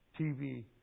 TV